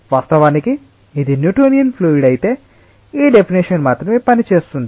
వాస్తవానికి ఇది Newtonian fluid అయితే ఈ డెఫినెషన్ మాత్రమే పనిచేస్తుంది